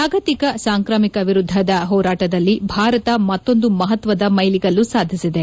ಜಾಗತಿಕ ಸಾಂಕ್ರಾಮಿಕ ವಿರುದ್ದದ ಹೋರಾಟದಲ್ಲಿ ಭಾರತ ಮತ್ತೊಂದು ಮಹತ್ಸದ ಮೈಲಿಗಲ್ಲು ಸಾಧಿಸಿದೆ